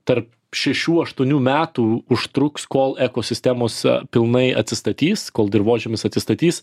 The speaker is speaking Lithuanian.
tarp šešių aštuonių metų užtruks kol ekosistemos pilnai atsistatys kol dirvožemis atsistatys